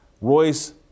Royce